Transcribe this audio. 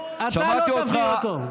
אתה לא תביא אותו.